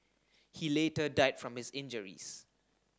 he later died from his injuries